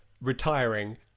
retiring